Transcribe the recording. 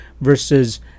versus